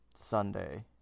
Sunday